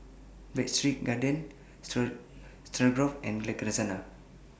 Breadsticks Garden Stroganoff and Lasagna